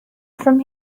from